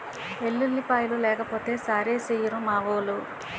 ఎల్లుల్లిపాయలు లేకపోతే సారేసెయ్యిరు మావోలు